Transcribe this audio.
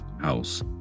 house